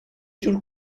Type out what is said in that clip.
جور